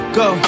go